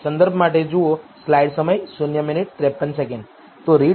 તો રીડ